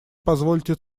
позвольте